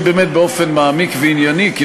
חושב